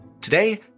Today